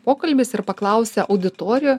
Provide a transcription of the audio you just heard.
pokalbis ir paklausė auditorijo